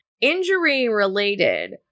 Injury-related